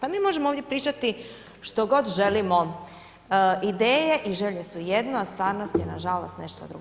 A mi možemo ovdje pričati što god želimo, ideje i želje su jedno a stvarnost je nažalost nešto drugo.